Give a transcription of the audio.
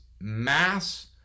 mass